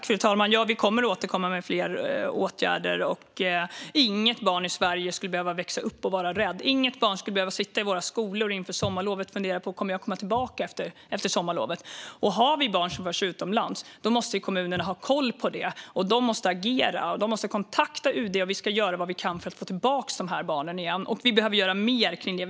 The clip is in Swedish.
Fru talman! Vi kommer att återkomma med fler åtgärder. Inget barn i Sverige ska behöva växa upp och känna rädsla. Inget barn ska behöva sitta i någon av våra skolor inför sommarlovet och tänka: Kommer jag att komma tillbaka efter sommarlovet? Har vi barn som förs utomlands måste kommunerna ha koll på det. De måste agera, och de måste kontakta UD. Vi ska göra vad vi kan för att få tillbaka de här barnen igen, och vi behöver göra mer när det gäller det.